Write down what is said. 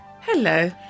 Hello